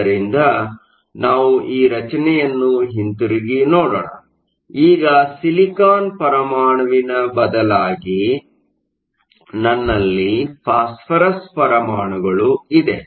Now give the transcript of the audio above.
ಆದ್ದರಿಂದ ನಾವು ಈ ರಚನೆಯನ್ನು ಹಿಂತಿರುಗಿ ನೋಡೋಣ ಈಗ ಸಿಲಿಕಾನ್ ಪರಮಾಣುವಿನ ಬದಲಾಗಿ ನನ್ನಲ್ಲಿ ಫಾಸ್ಫರಸ್ ಪರಮಾಣುಗಳು ಇದೆ